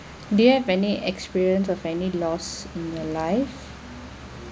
do you have any experience of any loss in your life